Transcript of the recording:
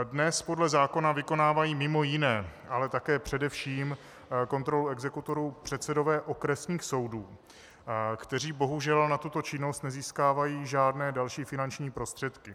Dnes podle zákona vykonávají mimo jiné, ale také především kontrolu exekutorů předsedové okresních soudů, kteří bohužel na tuto činnost nezískávají žádné další finanční prostředky.